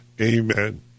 Amen